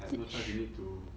like no choice you need to